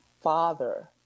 father